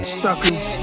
suckers